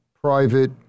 private